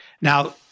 Now